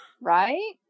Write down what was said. Right